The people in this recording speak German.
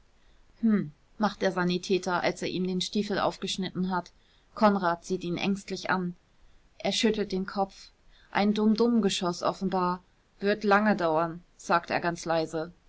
hm macht der sanitäter als er ihm den stiefel aufgeschnitten hat konrad sieht ihn ängstlich an er schüttelt den kopf ein dum dum geschoß offenbar wird lange dauern sagt er ganz leise